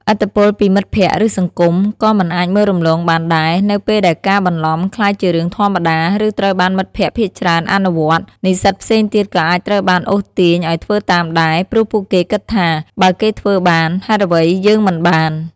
ឥទ្ធិពលពីមិត្តភក្តិ ឬសង្គម ក៏មិនអាចមើលរំលងបានដែរ នៅពេលដែលការបន្លំក្លាយជារឿងធម្មតា ឬត្រូវបានមិត្តភក្តិភាគច្រើនអនុវត្ត និស្សិតផ្សេងទៀតក៏អាចត្រូវបានអូសទាញឱ្យធ្វើតាមដែរ ព្រោះពួកគេគិតថា "បើគេធ្វើបាន ហេតុអ្វីយើងមិនបាន?"។